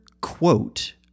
quote